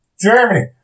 Germany